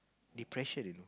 depression you know